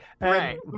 Right